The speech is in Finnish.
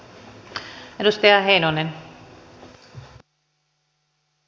arvoisa puhemies